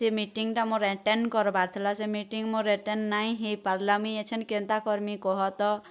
ସେ ମିଟିଙ୍ଗ୍ଟା ମୋର୍ ଆଟେଣ୍ଡ୍ କରବାର୍ ଥିଲା ସେ ମିଟିଙ୍ଗ୍ ମୋର୍ ଆଟେଣ୍ଡ୍ ନାଇଁ ହେଇପାରଲା ମୁଇଁ ଏଛିନ୍ କେନ୍ତା କର୍ମି କହ ତ